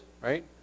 right